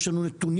יש לנו נתונים,